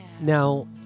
Now